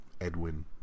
Edwin